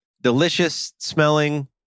delicious-smelling